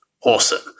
Awesome